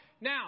Now